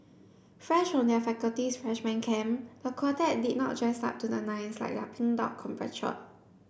fresh from their faculty's freshman camp the quartet did not dress up to the nines like their Pink Dot compatriot